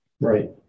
Right